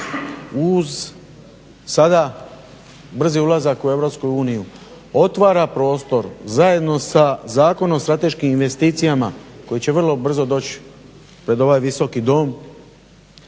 uz sada brzi ulazak u Europsku uniju otvara prostor zajedno sa Zakonom o strateškim investicijama koji će vrlo brzo doći pred ovaj Visoki dom,